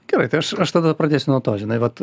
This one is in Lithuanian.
gerai tai aš aš tada pradėsiu nuo to žinai vat